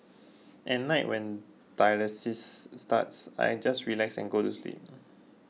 at night when dialysis starts I just relax and go to sleep